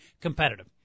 competitive